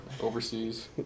overseas